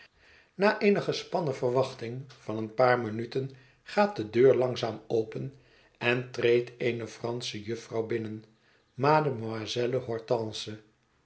na eene gespannen verwachting van een paar minuten gaat de deur langzaam open en treedt eene fransche jufvrouw binnen mademoiselle hortense